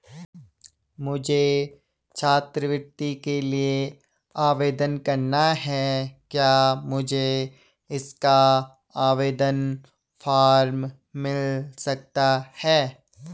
मुझे छात्रवृत्ति के लिए आवेदन करना है क्या मुझे इसका आवेदन फॉर्म मिल सकता है?